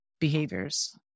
behaviors